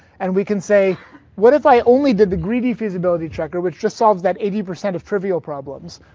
and we can say what if i only did the greedy feasibility checker which just solves that eighty percent of trivial problems.